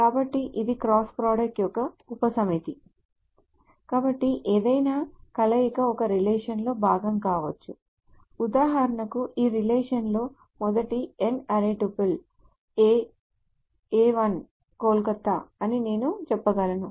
కాబట్టి ఇది cross product యొక్క ఉపసమితి కాబట్టి ఏదైనా కలయిక ఒక రిలేషన్ లో భాగం కావచ్చు ఉదాహరణకు ఈ రిలేషన్ లో మొదటి n ary tuple A 1st Kolkata అని నేను చెప్పగలను